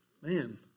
man